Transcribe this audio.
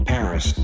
Paris